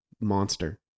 monster